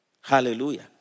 Hallelujah